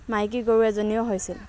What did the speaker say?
মাইকী গৰু এজনীৰো হৈছিল